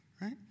right